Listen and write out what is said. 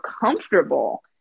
comfortable